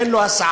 אין לו הסעה,